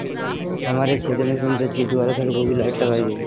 हमारे क्षेत्र में संसद जी द्वारा सड़कों के लाइट लगाई गई